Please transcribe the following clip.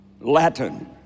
Latin